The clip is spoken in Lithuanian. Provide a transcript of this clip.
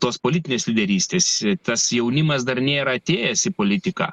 tos politinės lyderystės tas jaunimas dar nėra atėjęs į politiką